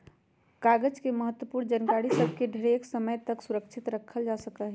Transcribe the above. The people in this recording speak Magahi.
कागज पर महत्वपूर्ण जानकारि सभ के ढेरेके समय तक सुरक्षित राखल जा सकै छइ